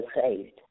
saved